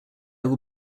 will